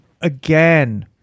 again